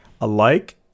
alike